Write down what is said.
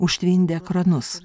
užtvindė ekranus